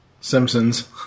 Simpsons